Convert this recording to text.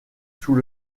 sous